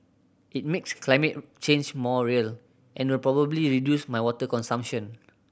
it makes climate change more real and will probably reduce my water consumption